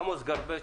עמוס גרבצקי.